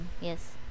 Yes